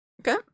Okay